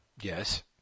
yes